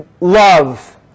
love